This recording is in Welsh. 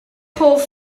hoff